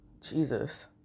jesus